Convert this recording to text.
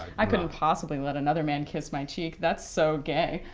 i couldn't possibly let another man kiss my cheek that's so gay.